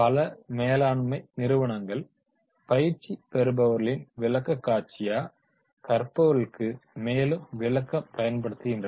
பல மேலாண்மை நிறுவனங்கள் பயிற்சி பெறுபவர்களின் விளக்கக் காட்சியா கற்பவர்களுக்கு மேலும் விளக்க பயன் படுத்துகின்றனர்